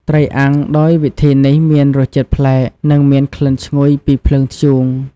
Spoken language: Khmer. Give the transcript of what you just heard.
ត្រីអាំងដោយវិធីនេះមានរសជាតិប្លែក និងមានក្លិនឈ្ងុយពីភ្លើងធ្យូង។